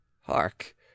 Hark